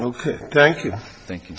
ok thank you thank you